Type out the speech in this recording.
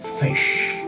fish